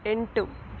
ಎಂಟು